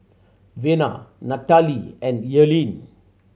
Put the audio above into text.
Vena Natalee and Earlene